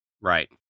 right